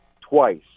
twice